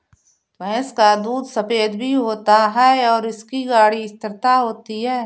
भैंस का दूध सफेद भी होता है और इसकी गाढ़ी स्थिरता होती है